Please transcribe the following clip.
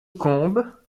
combes